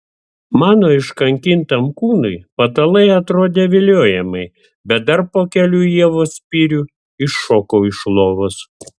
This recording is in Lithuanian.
mano iškankintam kūnui patalai atrodė viliojamai bet dar po kelių ievos spyrių iššokau iš lovos